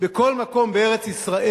בכל מקום בארץ-ישראל,